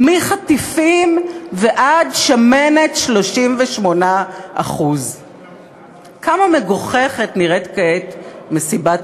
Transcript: מחטיפים ועד שמנת 38%. כמה מגוחכת נראית כעת מסיבת